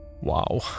Wow